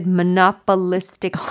monopolistic